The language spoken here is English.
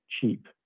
cheap